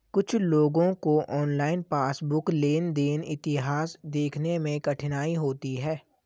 कुछ लोगों को ऑनलाइन पासबुक लेनदेन इतिहास देखने में कठिनाई होती हैं